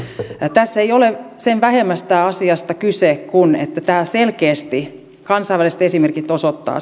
tässä ei ole sen vähemmästä asiasta kyse kuin että tämä selkeästi kansainväliset esimerkit osoittavat